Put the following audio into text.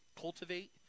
cultivate